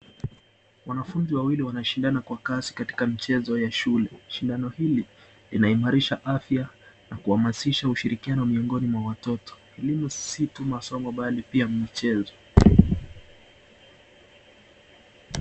Wanafunzi wawili wanashindana kwa kazi katika mchezo wa shule, shindano hili linaimarisha afya na kuamashisha ushirikiano miongoni mwa watoto, elimu si tu watoto bali pia mchezo.